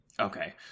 Okay